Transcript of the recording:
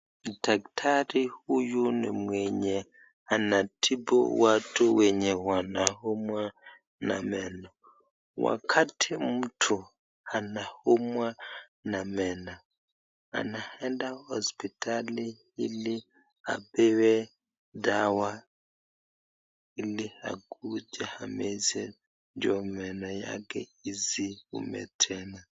Daktari huyu ni mwenye anatibu watu wanaumwa na meno wakati mtu anaumwa na meno anaenda hospitali ili apewe dawa ili akuje ameze ndio meno yake isiume tena.